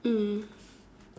mm